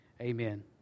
Amen